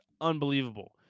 unbelievable